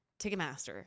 Ticketmaster